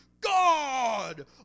god